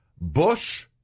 Bush